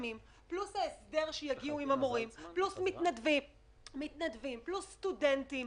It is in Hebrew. המטרה